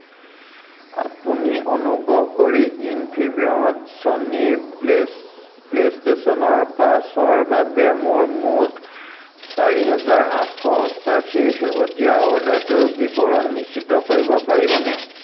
আপুনি অনুগ্ৰহ কৰি ইনফিবিমত ছনীৰ প্লে প্লে'ষ্টেশ্যনৰ পাঁচৰ বাবে মোৰ মুঠ চাৰি হেজাৰ আঠশ অষ্টাশীৰ শেহতীয়া অৰ্ডাৰটোৰ বিৱৰণ নিশ্চিত কৰিব পাৰিবনে